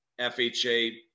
fha